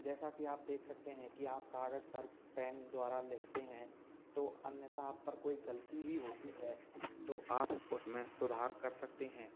जैसा कि आप देख सकते हैं कि आप कागज़ पर पेन द्वारा लिखते हैं तो अन्यथा आप पर कोई गलती भी होती है तो आप उसमें सुधार कर सकते हैं